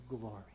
glory